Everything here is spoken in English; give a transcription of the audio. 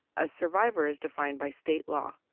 a survivor is defined by state law.